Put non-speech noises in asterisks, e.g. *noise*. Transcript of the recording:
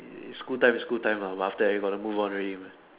*noise* school time is school time lah but after that you got to move on already mah